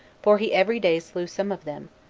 for he every day slew some of them,